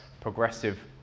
progressive